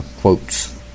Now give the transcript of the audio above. quotes